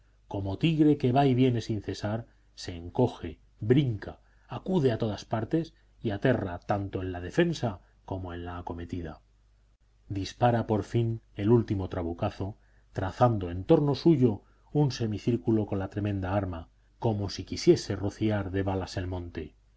como tigre que va y viene sin cesar se encoge brinca acude a todas partes y aterra tanto en la defensa como en la acometida dispara por fin el último trabucazo trazando en torno suyo un semicírculo con la tremenda arma como si quisiese rociar de balas el monte